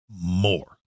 More